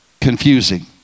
confusing